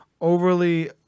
overly